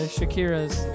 Shakira's